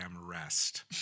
rest